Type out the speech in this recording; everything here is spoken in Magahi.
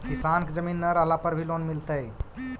किसान के जमीन न रहला पर भी लोन मिलतइ?